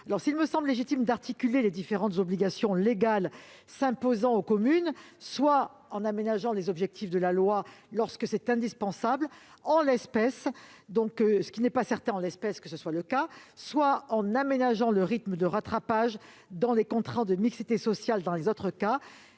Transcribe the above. S'il me semble légitime d'articuler les différentes obligations légales s'imposant aux communes, soit en aménageant les objectifs de la loi lorsque c'est indispensable, ce n'est pas certain en l'espèce, soit en aménageant le rythme de rattrapage dans les contrats de mixité sociale dans les autres cas.